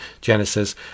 Genesis